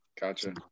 gotcha